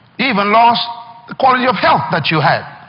even lost the quality of health that you had.